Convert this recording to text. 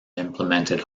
implemented